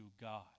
God